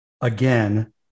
again